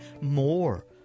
more